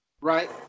right